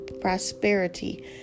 prosperity